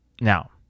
Now